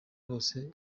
hose